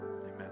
amen